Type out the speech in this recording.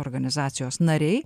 organizacijos nariai